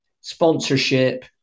sponsorship